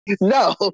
No